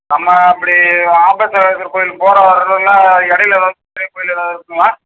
நம்ம அப்படி ஆபத்சகாயேஸ்வரர் கோவிலுக்கு போக வரணும்னா இடையில எதாவது கோவில் எதாவது இருக்குமா